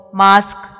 mask